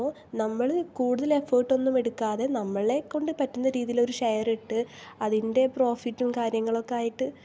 അപ്പോൾ നമ്മള് കൂടുതല് എഫേർട്ടൊന്നും എടുക്കാതെ നമ്മളെ കൊണ്ട് പറ്റുന്ന രീതിലൊരു ഷെയറിട്ട് അതിൻ്റെ പ്രൊഫിറ്റും കാര്യങ്ങളുമായിട്ട്